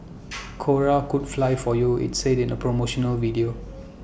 cora could fly for you IT said in A promotional video